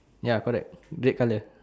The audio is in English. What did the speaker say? ya correct red colour